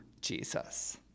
Jesus